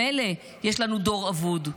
ממילא יש לנו דור אבוד,